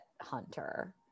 Hunter